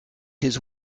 his